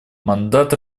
мандат